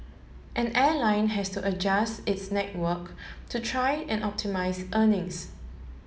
an airline has to adjust its network to try and optimise earnings